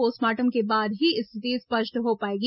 postmortem के बाद ही रिथिति स्पष्ट हो पाएगी